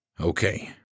Okay